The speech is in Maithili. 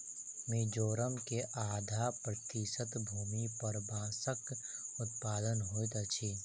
मिजोरम के आधा प्रतिशत भूमि पर बांसक उत्पादन होइत अछि